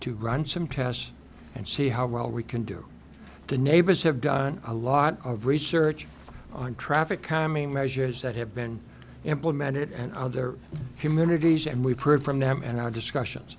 to run some tests and see how well we can do the neighbors have done a lot of research on traffic calming measures that have been implemented and other communities and we've heard from them and i discussion